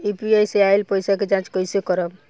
UPI से आइल पईसा के जाँच कइसे करब?